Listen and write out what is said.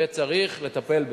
וצריך לטפל בזה.